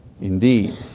Indeed